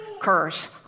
curse